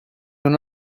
non